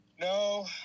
No